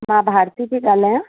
मां भारती पेई ॻाल्हाया